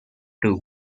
too